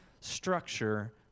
structure